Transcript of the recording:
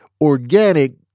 organic